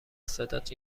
صدات